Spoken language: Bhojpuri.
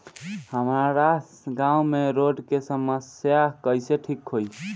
हमारा गाँव मे रोड के समस्या कइसे ठीक होई?